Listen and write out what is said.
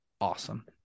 awesome